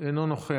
הוא אינו נוכח.